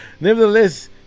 Nevertheless